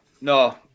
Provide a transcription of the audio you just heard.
No